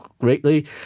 greatly